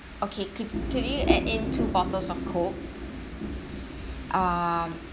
okay cou~ could you add in two bottles of coke um